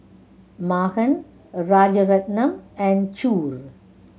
Mahan Rajaratnam and Choor